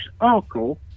uncle